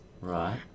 Right